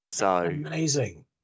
Amazing